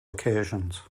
occasions